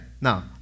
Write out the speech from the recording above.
Now